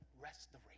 restoration